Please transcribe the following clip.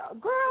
girl